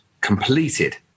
completed